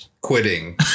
quitting